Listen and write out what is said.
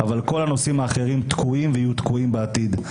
אבל כל הנושאים האחרים תקועים ויהיו תקועים בעתיד.